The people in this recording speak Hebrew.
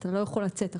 הוא לא יכול לצאת מהבית.